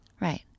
Right